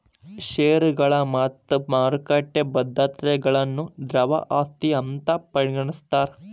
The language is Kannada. ಷೇರುಗಳು ಮತ್ತ ಮಾರುಕಟ್ಟಿ ಭದ್ರತೆಗಳನ್ನ ದ್ರವ ಆಸ್ತಿ ಅಂತ್ ಪರಿಗಣಿಸ್ತಾರ್